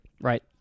Right